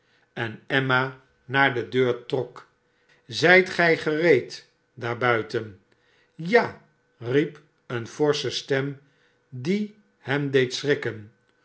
en emma naar de deur trok zijt gij gereed daar buiten ja riep eene forsche stem die hem deed schrikken